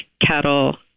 cattle